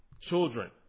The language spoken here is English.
children